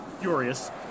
furious